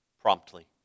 promptly